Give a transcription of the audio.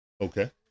Okay